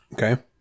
Okay